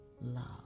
love